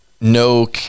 no